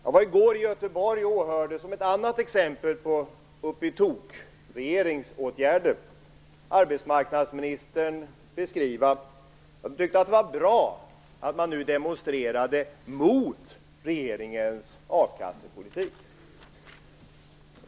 Jag var i går i Göteborg och åhörde - detta som ett annat exempel på regeringens upp-i-tok-åtgärder - arbetsmarknadsministern. Hon tyckte att det var bra att man nu demonstrerade mot regeringens akassepolitik.